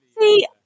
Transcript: See